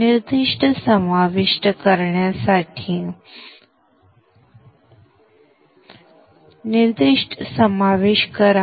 निर्देश समाविष्ट करण्यासाठी निर्देश समाविष्ट करा